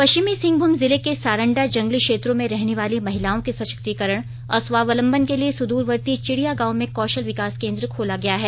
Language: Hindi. पश्चिमी सिंहभूम जिले के सारंडा जंगली क्षेत्रों में रहने वाली महिलाओं के सशक्तीकरण और स्वावलंबन के लिए सुदूरवर्ती चिड़िया गांव में कौशल विकास केंद्र खोला गया है